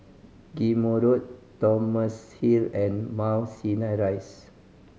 Ghim Moh Road Thomson Hill and Mount Sinai Rise